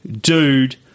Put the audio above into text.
dude